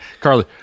Carly